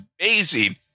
amazing